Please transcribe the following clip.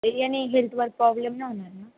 ते यांनी हेल्थवर प्रॉब्लेम नाही होणार ना